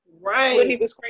Right